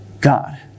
God